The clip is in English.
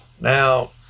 Now